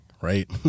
right